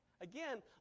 again